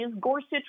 Gorsuch